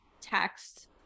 text